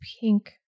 pink